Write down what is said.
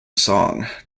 song